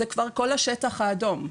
זה כבר כל השטח האדום.